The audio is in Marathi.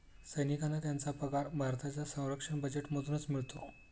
सैनिकांना त्यांचा पगार भारताच्या संरक्षण बजेटमधूनच मिळतो